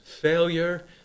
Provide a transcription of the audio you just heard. failure